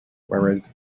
whereas